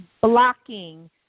blocking